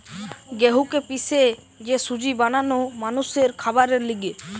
গেহুকে পিষে যে সুজি বানানো মানুষের খাবারের লিগে